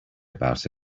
about